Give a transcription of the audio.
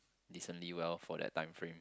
decently well for that time frame